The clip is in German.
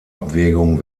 abwägung